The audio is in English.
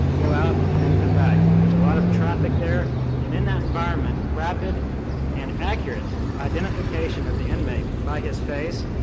go out, and then come back. and there's a lot of traffic there, and in that environment rapid and accurate identification of the inmate by his face,